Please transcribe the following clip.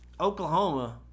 Oklahoma